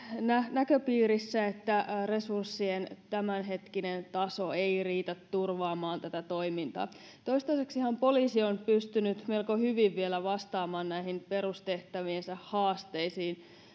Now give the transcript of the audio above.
näköpiirissä että resurssien tämänhetkinen taso ei riitä turvaamaan tätä toimintaa toistaiseksihan poliisi on pystynyt melko hyvin vielä vastaamaan näihin perustehtäviensä haasteisiin